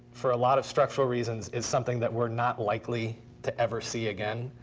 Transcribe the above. for a lot of structural reasons, is something that we're not likely to ever see again.